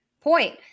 Point